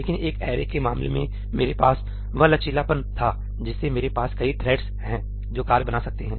लेकिन एक ऐरे के मामले में मेरे पास वह लचीलापन था जिससे मेरे पास कई थ्रेड्स है जो कार्य बना सकते हैं